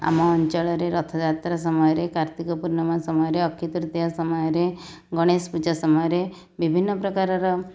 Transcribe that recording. ଆମ ଅଞ୍ଚଳରେ ରଥଯାତ୍ରା ସମୟରେ କାର୍ତ୍ତିକ ପୂର୍ଣ୍ଣିମା ସମୟରେ ଅକ୍ଷୟତୃତୀୟା ସମୟରେ ଗଣେଶପୂଜା ସମୟରେ ବିଭିନ୍ନପ୍ରକାରର